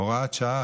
הוראת שעה,